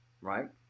right